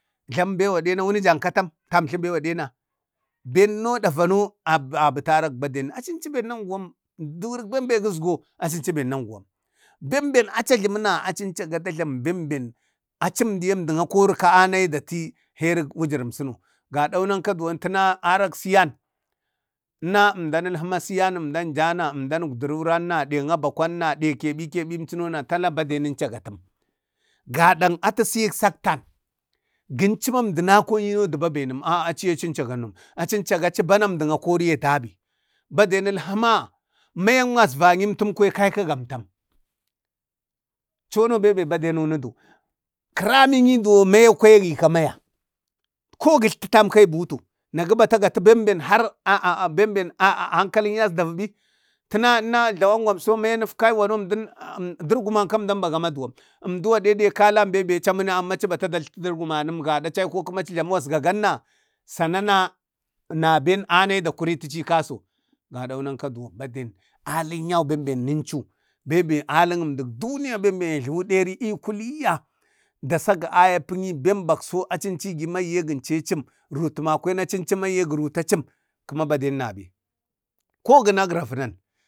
Jlamu be gaɗena wunujanka a tam. Tamtlu beu gaɗena, benno dəvano aɓatu a rek baden. Achi unchu ben nanguwam, durik benbe gəsgo achi achi bek nanguwanəm. Benbe acha jlaməna, achin chacu da jlamu benbe achim diye, əmdan akorika anayi dati herək ənda msəno, gadaune təna aɗak siyan, əna əmdan alhəma siyan əmdan jnna əmdan ugduru uranna, abakwanna ɗe teɓe tebi, irin ənchənona tala emduno baden ənchagatam, gada atə, siyak sakta gənchu ma ənda akoŋi dəba benam. A'a achuno anchaga ənnom. A chi anchaga achi bana əmdan akorika dabi. Dade alha ma mayak masvaŋi əmtan kwaya kaika amtam. Chono beube badeu unudu, kəramiŋi duwon maya kwaya agika maya, ko gatlka tamka, i butu, ka gafihar benbe, an kalaŋi asdavəbi? tana jlawa gwamso mayan asfaiwano, dargu manka əmdan begam, amduwa emdu wade kala benbe achi muni amma bata datlta dərgumanəm gəɗa achi aiku guma aci jlamu wasgaganna sana na ben anayi da kuritichi i kaso gadau nanka baden alun yum benben nunchu. Bembe alək əmdak duniya benbe ya jlamu deri ee kuliyya ga sagi ayapəni ben bakso achi ənchigim agiye gənchichəm, rutu makwen achi jləmigəm agije gərutachim, kəma baden nabe. Ko gəna gravənan,